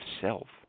self